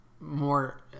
More